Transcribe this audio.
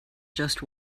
just